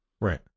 Right